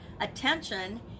Attention